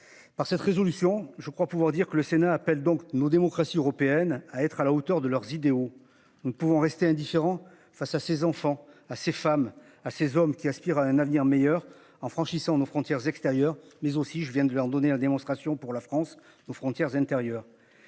Par cette résolution, je crois pouvoir dire que le Sénat appelle donc nos démocraties européennes à être à la hauteur de leurs idéaux. Nous ne pouvons rester indifférent face à ses enfants à ces femmes à ces hommes qui aspirent à un avenir meilleur en franchissant nos frontières extérieures, mais aussi je viens de leur donner. Démonstration pour la France aux frontières intérieures.